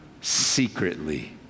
secretly